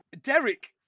Derek